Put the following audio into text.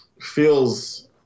feels